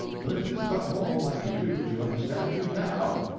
but it is about all i can do to understand you now.